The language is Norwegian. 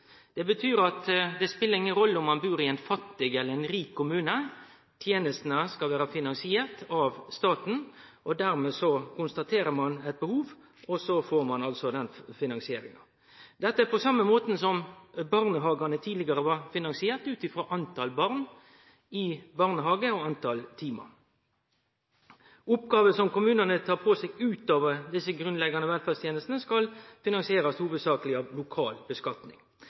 Det betyr at det spelar inga rolle om ein bur i ein fattig eller i ein rik kommune, tenestene skal vere finansierte av staten. Dermed konstaterer ein eit behov, og så får ein den finansieringa. Dette er på same måte som barnehagane tidlegare blei finansierte ut frå talet på barn i barnehagen og timetalet. Oppgåver som kommunane tar på seg utover desse grunnleggjande velferdstenestene, skal hovudsakleg finansierast av lokal